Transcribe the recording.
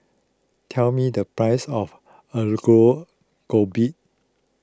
tell me the price of Aloo Gobi